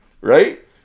right